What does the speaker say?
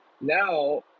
now